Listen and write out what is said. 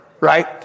right